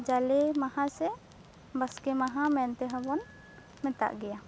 ᱡᱟᱞᱮ ᱢᱟᱦᱟ ᱥᱮ ᱵᱟᱥᱠᱮ ᱢᱟᱦᱟ ᱢᱮᱱᱛᱮᱦᱚᱸ ᱵᱚᱱ ᱢᱮᱛᱟᱜ ᱜᱮᱭᱟ